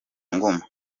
ngoma